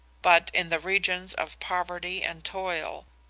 but in the regions of poverty and toil.